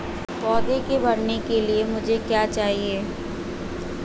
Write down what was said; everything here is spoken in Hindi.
पौधे के बढ़ने के लिए मुझे क्या चाहिए?